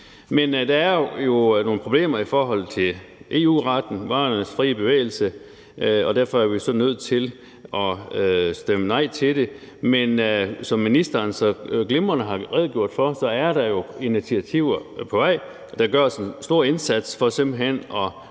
Men der er jo nogle problemer i forhold til EU-retten, varernes frie bevægelse, og derfor er vi så nødt til at stemme nej til det. Men som ministeren så glimrende har redegjort for, er der jo initiativer på vej, der gør en stor indsats for simpelt hen at